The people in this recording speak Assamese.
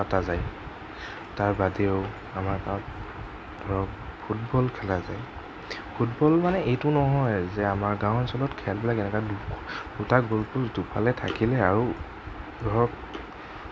পতা যায় তাৰ বাদেও আমাৰ গাঁৱত ধৰক ফুটবল খেলা যায় ফুটবল মানে এইটো নহয় যে আমাৰ গাওঁ অঞ্চলত খেলবিলাক এনেকা দুটা গ'লপষ্ট দুফালে থাকিলে আৰু ধৰক